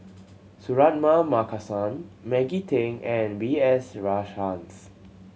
Suratman Markasan Maggie Teng and B S Rajhans